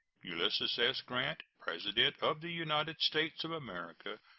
ulysses s. grant, president of the united states of america,